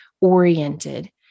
oriented